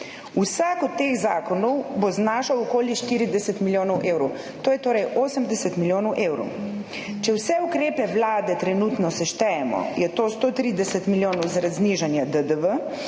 Vsak od teh zakonov bo znašal okoli 40 milijonov evrov. To je torej 80 milijonov evrov. Če vse trenutne ukrepe vlade seštejemo, je to 130 milijonov zaradi znižanja DDV,